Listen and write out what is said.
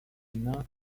nymphe